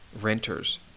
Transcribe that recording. renters